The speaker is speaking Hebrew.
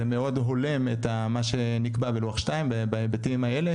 זה מאוד הולם את מה שנקבע בלוח 2 ובהיבטים האלה,